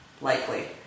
likely